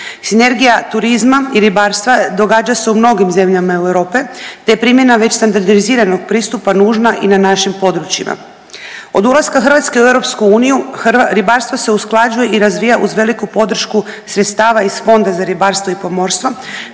Sinergija turizma i ribarstva događa se u mnogim zemljama Europe, te je primjena već standardiziranog pristupa nužna i na našim područjima. Od ulaska Hrvatske u EU ribarstvo se usklađuje i razvija uz veliku podršku sredstva iz Fonda za ribarstvo i pomorstvo